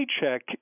paycheck